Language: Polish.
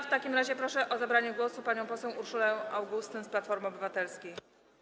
W takim razie proszę o zabranie głosu panią poseł Urszulę Augustyn z Platformy Obywatelskiej.